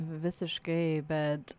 visiškai bet